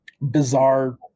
bizarre